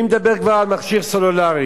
מי מדבר כבר על מכשיר סלולרי,